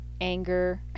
anger